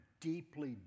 deeply